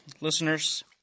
listeners